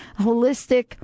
holistic